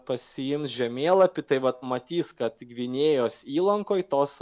pasiims žemėlapį tai vat matys kad gvinėjos įlankoj tos